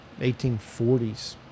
1840s